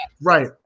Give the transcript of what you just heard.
Right